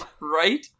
Right